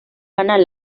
ganar